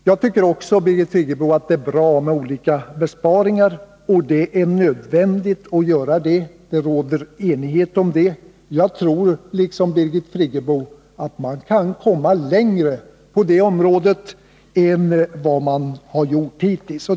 Jag tycker också, Birgit Friggebo, att det är bra med olika besparingar. Det är nödvändigt att göra dem, därom råder det enighet. Jag tror liksom Birgit Friggebo att man kan komma längre på det området än man har gjort hittills.